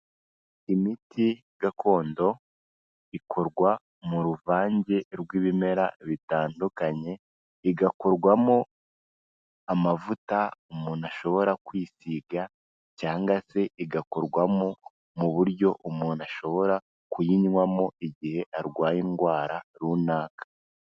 Imiti gakondo, ikorwa mu ruvange rw'ibimera bitandukanye, igakorwamo amavuta umuntu ashobora kwisiga, cyangwa se igakorwamo mu buryo umuntu ashobora kuyinywamo, igihe arwaye indwara runaka.